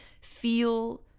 Feel